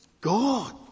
God